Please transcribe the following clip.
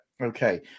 okay